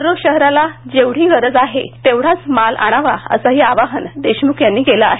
दररोज शहराला जेवढी गरज आहे तेवढाच माल आणावा असंही आवाहन देशमुख यांनी केलं आहे